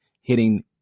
hitting